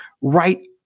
Right